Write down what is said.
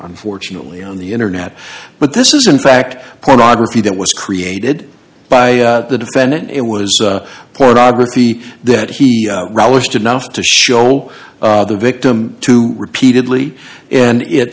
unfortunately on the internet but this is in fact pornography that was created by the defendant it was pornography that he relished enough to show the victim to repeatedly and it